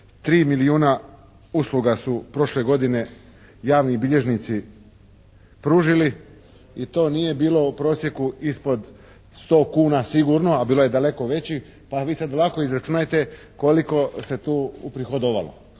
3 milijuna usluga su prošle godine javni bilježnici pružili i to nije bilo u prosijeku ispod 100 kuna sigurno, a bilo je daleko većih pa vi sad lako izračunajte koliko se tu uprihodovalo,